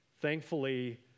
Thankfully